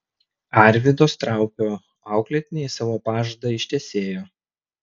arvydo straupio auklėtiniai savo pažadą ištesėjo